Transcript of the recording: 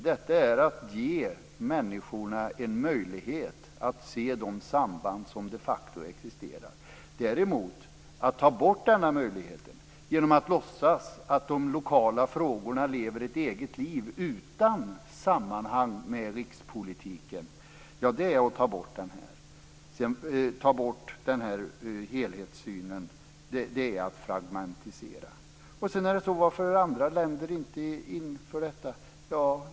Detta är att ge människorna en möjlighet att se de samband som de facto existerar. Man ska inte ta bort denna möjlighet genom att låtsas att de lokala frågorna lever ett eget liv utan sammanhang med rikspolitiken. Att ta bort denna helhetssyn är att fragmentisera. Varför inför då inte andra länder detta?